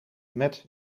met